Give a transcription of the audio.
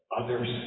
others